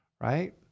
right